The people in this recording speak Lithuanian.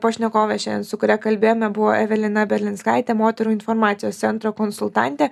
pašnekovė šianien su kuria kalbėjome buvo evelina berlinskaitė moterų informacijos centro konsultantė